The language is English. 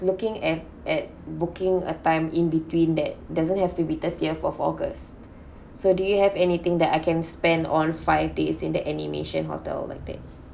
looking at at booking a time in between that doesn't have to be thirtieth of august so do you have anything that I can spend on five days in that animation hotel like that